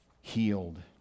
healed